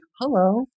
Hello